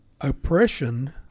oppression